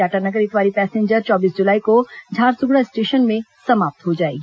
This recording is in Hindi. टाटानगर इतवारी पैसेंजर चौबीस जुलाई को झारसुगड़ा स्टेशन में समाप्त हो जाएगी